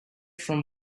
from